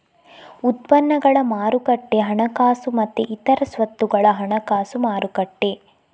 ಉತ್ಪನ್ನಗಳ ಮಾರುಕಟ್ಟೆ ಹಣಕಾಸು ಮತ್ತೆ ಇತರ ಸ್ವತ್ತುಗಳ ಹಣಕಾಸು ಮಾರುಕಟ್ಟೆ